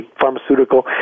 pharmaceutical